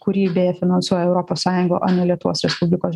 kurį beje finansuoja europos sąjunga o ne lietuvos respublikos